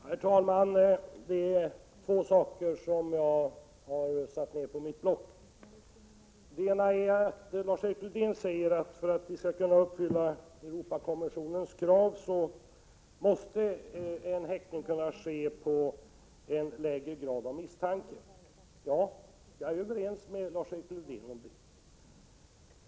Herr talman! Det är två saker som jag har antecknat på mitt block. Lars-Erik Lövdén säger att för att vi skall kunna uppfylla Europakonventionens krav måste häktning kunna ske på grund av en lägre grad av misstanke. Ja, jag är överens med Lars-Erik Lövdén om det.